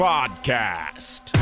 Podcast